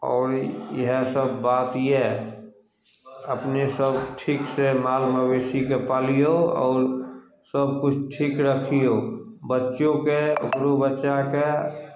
आओर इएहे सभ बात यऽ अपने सभ ठीकसँ माल मवेशीके पालियौ आओर सभकिछु ठीक रखियौ बच्चोके ओकरो बच्चाके